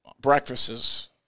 breakfasts